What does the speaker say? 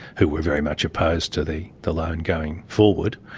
who were very much opposed to the the loan going forward.